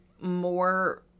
more